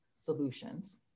solutions